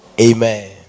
Amen